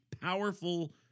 powerful